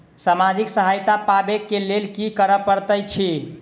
सामाजिक सहायता पाबै केँ लेल की करऽ पड़तै छी?